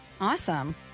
Awesome